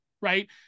right